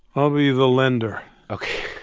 i'll be the lender ok,